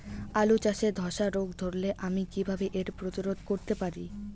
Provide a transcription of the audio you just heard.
আলু চাষে ধসা রোগ ধরলে আমি কীভাবে এর প্রতিরোধ করতে পারি?